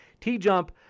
T-Jump